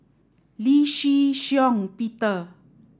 Lee Shih Shiong Peter